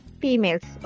females